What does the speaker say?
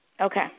Okay